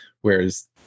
whereas